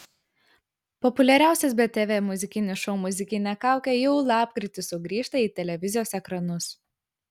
populiariausias btv muzikinis šou muzikinė kaukė jau lapkritį sugrįžta į televizijos ekranus